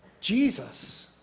Jesus